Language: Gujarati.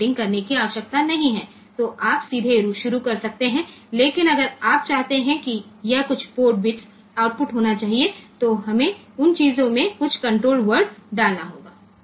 તેથી આપણે સીધું જ શરૂ કરી શકીએ છીએ પરંતુ જો આપણે ઇચ્છિએ કે આ પોર્ટ બિટ્સ માંથી કેટલાક આઉટપુટ હોવા જોઈએ તો આપણે તે વસ્તુઓમાં થોડા કન્ટ્રોલ વર્ડ્સ મુકવા પડશે